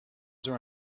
there